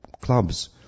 clubs